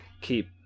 keep